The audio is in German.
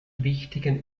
wichtigen